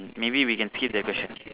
maybe we can skip the question